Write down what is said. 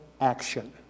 action